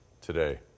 today